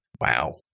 Wow